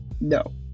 No